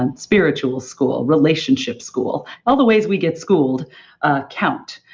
and spiritual school, relationship school, all the ways we get schooled ah count.